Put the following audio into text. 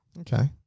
Okay